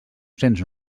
cents